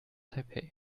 taipeh